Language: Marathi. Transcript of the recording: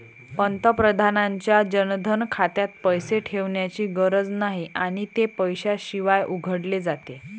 पंतप्रधानांच्या जनधन खात्यात पैसे ठेवण्याची गरज नाही आणि ते पैशाशिवाय उघडले जाते